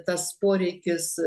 tas poreikis